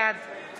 בעד